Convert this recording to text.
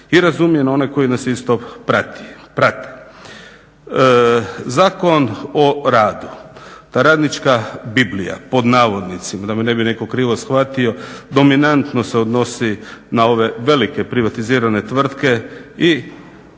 i razumijem nas one koji nas isto prate. Zakon o radu, ta radnička "biblija", da me ne bi netko krivo shvatio, dominantno se odnosi na ove velike privatizirane tvrtke i